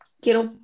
quiero